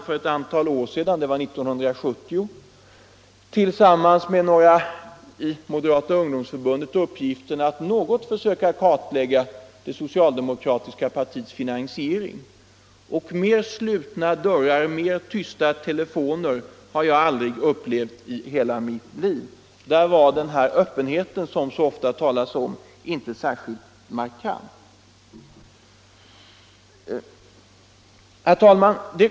För ett antal år sedan — det var 1970 — hade jag tillsammans med några andra medlemmar av Moderata ungdomsförbundet uppgiften att något försöka kartlägga det socialdemokratiska partiets finansiering — och mer slutna dörrar, mer tysta telefoner har jag aldrig upplevt i hela mitt liv. Där var den här öppenheten, som det så ofta talas om, inte särskilt markant. Herr talman!